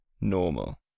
normal